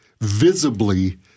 visibly